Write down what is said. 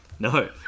No